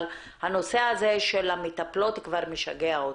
אבל הנושא הזה של המטפלות כבר משגע אותי.